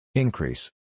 Increase